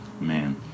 Man